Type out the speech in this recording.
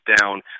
down